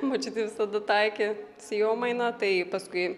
močiutė visada taikė sėjomainą tai paskui